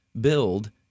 build